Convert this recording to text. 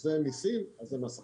זה מיסים, זה מס הכנסה,